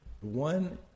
one